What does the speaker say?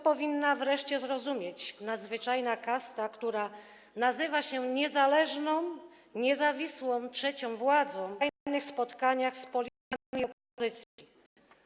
Powinna to wreszcie zrozumieć nadzwyczajna kasta, która nazywa się niezależną, niezawisłą trzecią władzą, a knuje na tajnych spotkaniach z politykami opozycji.